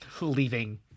leaving